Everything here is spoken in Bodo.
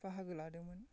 बाहागो लादोंमोन